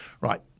right